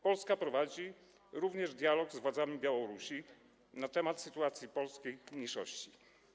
Polska prowadzi również dialog z władzami Białorusi na temat sytuacji polskiej mniejszości.